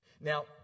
Now